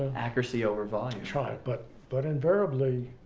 accuracy over volume. try, but but invariably,